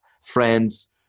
friends